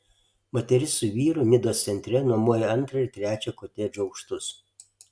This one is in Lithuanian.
moteris su vyru nidos centre nuomoja antrą ir trečią kotedžo aukštus